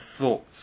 thoughts